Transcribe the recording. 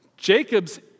Jacob's